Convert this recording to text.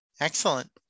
excellent